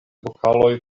vokaloj